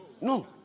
No